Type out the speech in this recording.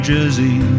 Jersey